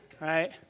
Right